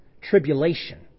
tribulation